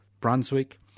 Brunswick